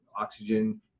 oxygen